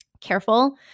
careful